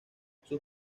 sus